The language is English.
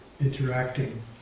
interacting